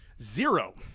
Zero